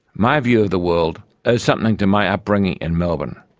my view of the world owes something to my upbringing in melbourne.